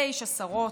תשע שרות,